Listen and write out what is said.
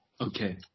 Okay